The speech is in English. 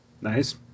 Nice